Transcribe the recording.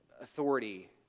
authority